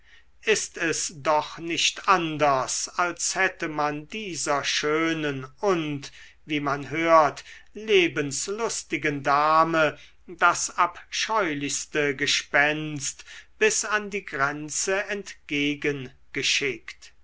ist es doch nicht anders als hätte man dieser schönen und wie man hört lebenslustigen dame das abscheulichste gespenst bis an die grenze